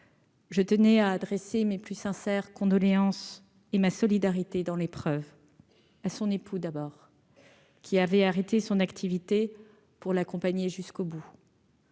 Je tenais à adresser mes plus sincères condoléances et ma solidarité dans l'épreuve à son époux d'abord qu'il avait arrêté son activité pour l'accompagner jusqu'au bout.